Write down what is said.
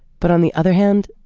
but on the other hand,